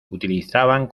utilizaban